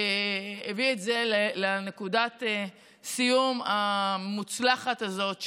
והוא הביא את זה לנקודת הסיום המוצלחת הזאת.